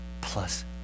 plus